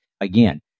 again